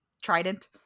Trident